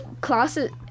classes